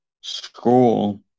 school